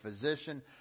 physician